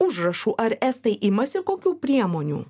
užrašų ar estai imasi kokių priemonių